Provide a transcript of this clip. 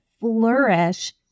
flourish